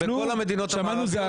שמענו זעקה?